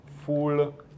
full